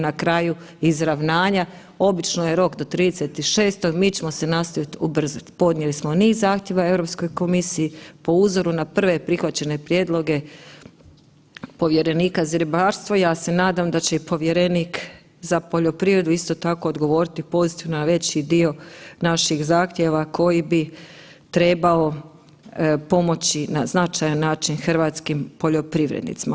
Na kraju izravnanja obično je rok do 30.6. mi ćemo se nastojat ubrzat, podnijeli smo niz zahtjeva Europskoj komisiji po uzoru na prve prihvaćene prijedloge povjerenika za ribarstvo i ja se nadam da će i povjerenik za poljoprivredu isto tako odgovoriti pozitivno na veći dio naših zahtjeva koji bi trebalo pomoći na značajan način hrvatskim poljoprivrednicima.